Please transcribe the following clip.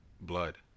blood